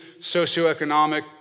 socioeconomic